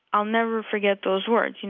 i'll never forget those words. you know